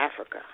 Africa